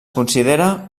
considera